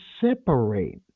separate